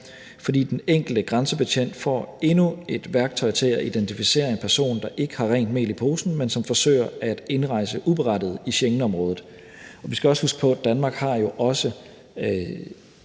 fordi den enkelte grænsebetjent får endnu et værktøj til at identificere en person, der ikke har rent mel i posen, men som forsøger at indrejse uberettiget i Schengenområdet. Og vi skal også huske på, at Danmark jo også